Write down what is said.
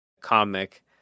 comic